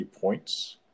points